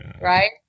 Right